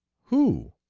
who?